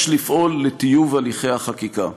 יש לפעול לטיוב הליכי החקיקה.